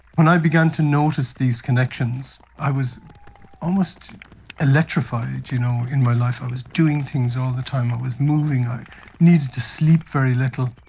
when i began to notice these connections i was almost electrified you know in my life, i was doing things all the time, i was moving, i needed to sleep very little.